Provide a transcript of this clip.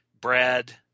Brad